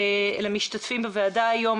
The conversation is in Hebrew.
למשתתפים בוועדה היום,